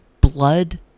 blood